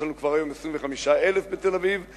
יש לנו היום כבר 25,000 בתל-אביב ובארבע,